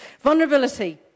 Vulnerability